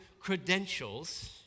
credentials